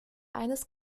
eines